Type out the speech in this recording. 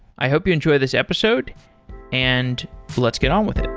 i hope you enjoy this episode and let's get on with it.